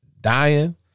dying